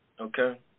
okay